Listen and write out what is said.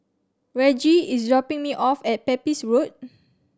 Reggie is dropping me off at Pepys Road